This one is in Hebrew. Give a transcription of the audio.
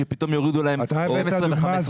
שפתאום יורידו להם 12 או 15 שנה לאחור.